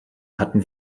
hatten